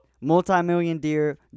Multi-million-deer